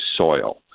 soil